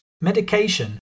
medication